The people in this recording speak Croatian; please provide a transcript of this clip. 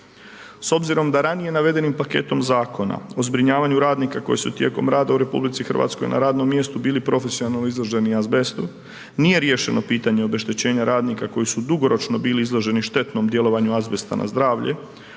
S obzirom da ranije navedenim paketom zakona o zbrinjavanju radnika koji su tijekom rada u RH na radnom mjestu bili profesionalni izloženi azbestu, nije riješeno pitanje obeštećenja radnika koji su dugoročno bili izloženi štetnom djelovanju azbesta na zdravlje,